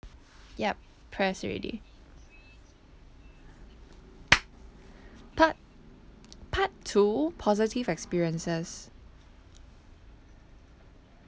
yup press already part part two positive experiences